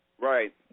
Right